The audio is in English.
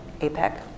APEC